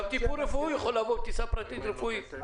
גם טיפול רפואי יכול בטיסה פרטית רפואית.